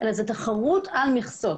אלא תחרות על מכסות.